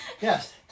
Yes